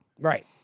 Right